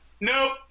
Nope